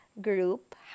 group